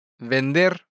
vender